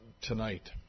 tonight